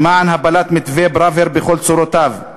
למען הפלת מתווה פראוור בכל צורותיו,